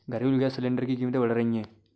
घरेलू gas cylinder की कीमतें बढ़ रही है